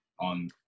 on